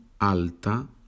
alta